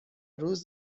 روز